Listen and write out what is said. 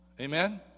Amen